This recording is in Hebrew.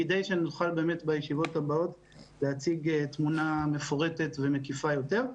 כדי שנוכל בישיבות הבאות להציג תמונה מפורטת ומקיפה יותר.